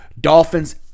Dolphins